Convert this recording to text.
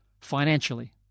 financially